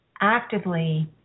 actively